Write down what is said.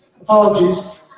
Apologies